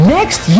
Next